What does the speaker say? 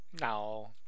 No